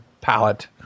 palette